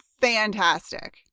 fantastic